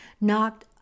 knocked